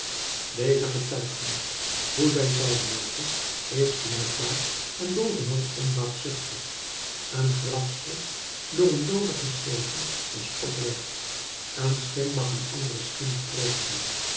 deze getuigenis hoe zij zijn moge is blijkbaar en bovenal onbaatzuchtig een grafschrift door een doode geschreven is oprecht een schim mag een andere schim troosten